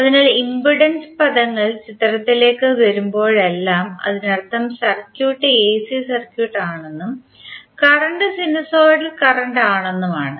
അതിനാൽ ഇംപെഡൻസ് പദങ്ങൾ ചിത്രത്തിലേക്ക് വരുമ്പോഴെല്ലാം അതിനർത്ഥം സർക്യൂട്ട് എസി സർക്യൂട്ട് ആണെന്നും കറന്റ് സിനുസോയ്ഡൽ കറന്റ് ആണെന്നും ആണ്